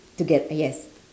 toget~ uh yes